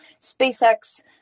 SpaceX